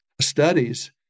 studies